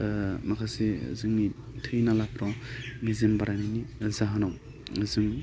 माखासे जोंनि थै नालाफ्राव मेजेम बारायनायनि जाहोनाव जोङो